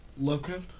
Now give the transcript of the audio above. Lovecraft